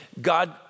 God